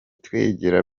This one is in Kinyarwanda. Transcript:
twegera